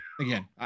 Again